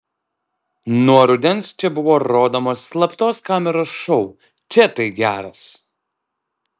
nuo rudens čia buvo rodomas slaptos kameros šou čia tai geras